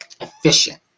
efficient